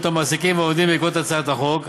מעסיקים ועובדים בעקבות הצעת החוק.